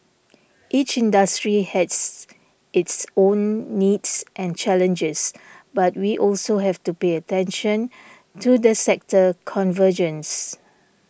each industry has its own needs and challenges but we also have to pay attention to the sector convergence